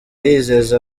yizeza